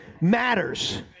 matters